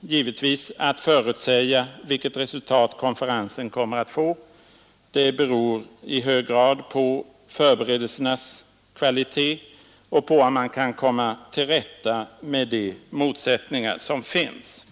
givetvis vanskligt att förutsäga vilket resultat konferensen kommer att få — det beror i hög grad på förberedelsernas kvalitét och på om man kan komma till rätta med de motsättningar som finns.